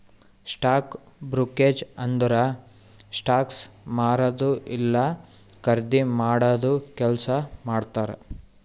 stock brokerage ಅಂದುರ್ stocks ಮಾರದು ಇಲ್ಲಾ ಖರ್ದಿ ಮಾಡಾದು ಕೆಲ್ಸಾ ಮಾಡ್ತಾರ್